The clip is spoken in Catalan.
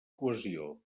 cohesió